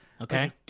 Okay